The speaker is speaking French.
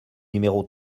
numéro